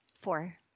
Four